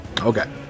Okay